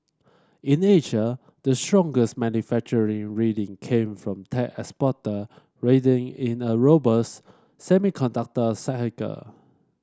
in Asia the strongest manufacturing reading came from tech exporter riding in a robust semiconductor cycle